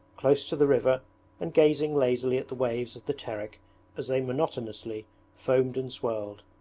close to the river and gazing lazily at the waves of the terek as they monotonously foamed and swirled.